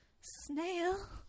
snail